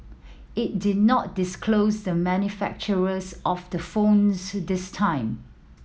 it did not disclose the manufacturers of the phones this time